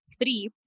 three